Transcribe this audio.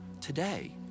today